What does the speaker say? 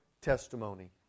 testimony